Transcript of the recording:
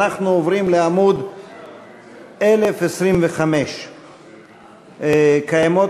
אנחנו עוברים לעמוד 1025. קיימות